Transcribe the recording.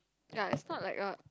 ya it's not like a